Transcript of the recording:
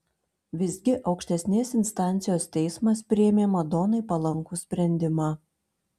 visgi aukštesnės instancijos teismas priėmė madonai palankų sprendimą